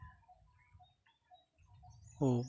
ᱩᱵ